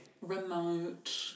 Remote